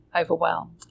overwhelmed